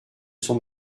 son